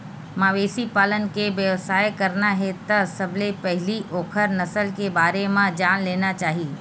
मवेशी पालन के बेवसाय करना हे त सबले पहिली ओखर नसल के बारे म जान लेना चाही